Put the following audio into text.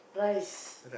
rice